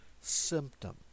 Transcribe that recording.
symptom